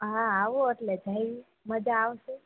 હા આવો એટલે જાયએ મજા આવશે